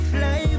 Fly